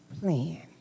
plan